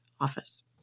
Office